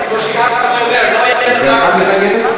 כמו שגפני אומר, לא היה דבר כזה, גם את מתנגדת?